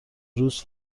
روز